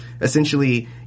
essentially